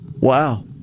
Wow